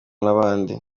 n’abandi